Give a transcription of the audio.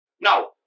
Now